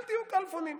אל תהיו כלפונים.